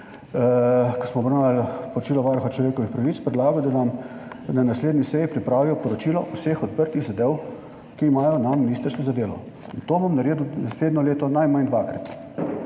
ko smo obravnavali poročilo Varuha človekovih pravic, predlagal, da nam na naslednji seji pripravijo poročilo o vseh odprtih zadevah, ki jih imajo na ministrstvu za delo. To bom naredil naslednje leto najmanj dvakrat,